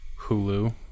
Hulu